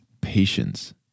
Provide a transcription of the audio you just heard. patience